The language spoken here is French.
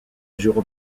jour